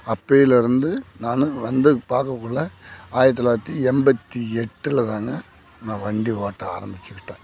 அப்போயிலேருந்து நானு வந்து பார்க்கக்குள்ள ஆயிரத்தி தொள்ளாயிரத்தி எண்பத்தி எட்டில் தாங்க நான் வண்டி ஓட்ட ஆரமிச்சிக்கிட்டேன்